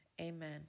amen